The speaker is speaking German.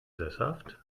sesshaft